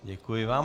Děkuji vám.